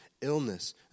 illness